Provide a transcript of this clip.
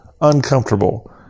uncomfortable